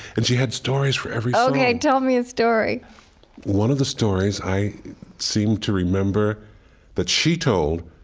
and she had stories for every ok, tell me a story one of the stories i seem to remember that she told,